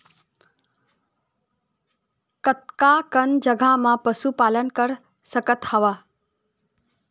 कतका कन जगह म पशु पालन कर सकत हव?